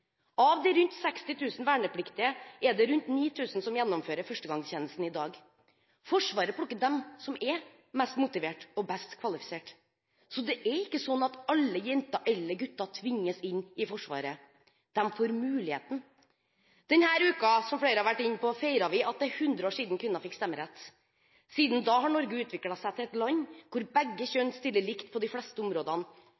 Av de rundt 60 000 vernepliktige er det rundt 9 000 som gjennomfører førstegangstjenesten i dag. Forsvaret plukker dem som er mest motivert, og best kvalifisert, så det er ikke sånn at alle jenter eller gutter tvinges inn i Forsvaret. De får muligheten. Denne uken, som flere har vært inne på, feirer vi at det er 100 år siden kvinner fikk stemmerett. Siden da har Norge utviklet seg til et land hvor begge